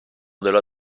della